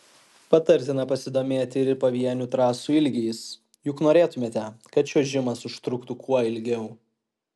patartina pasidomėti ir pavienių trasų ilgiais juk norėtumėte kad čiuožimas užtruktų kuo ilgiau